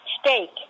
Steak